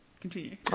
continue